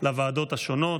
לוועדות השונות.